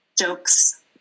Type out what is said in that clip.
jokes